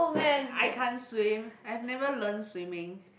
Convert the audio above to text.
I can't swim I've never learn swimming